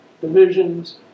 divisions